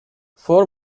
for